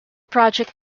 project